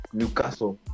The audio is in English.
Newcastle